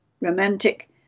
romantic